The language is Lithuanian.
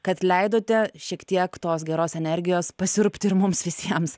kad leidote šiek tiek tos geros energijos pasiurbti ir mums visiems